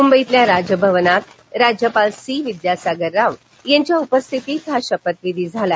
मुंबईतल्या राजभवन इथं राज्यपाल सी विद्यासागर राव यांच्या उपस्थितीत हा शपथविधी झाला